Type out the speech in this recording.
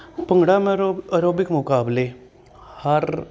ਭੰਗੜਾ ਮ ਐਰੋਬਿਕ ਮੁਕਾਬਲੇ ਹਰ